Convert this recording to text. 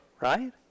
right